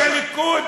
איש הליכוד,